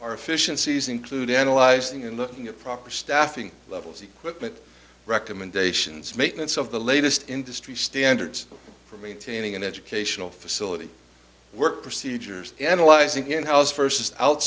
our efficiencies include analyzing and looking at proper staffing levels equipment recommendations maintenance of the latest industry standards for maintaining an educational facility work procedures analyzing in house versus